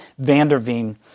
Vanderveen